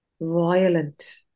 violent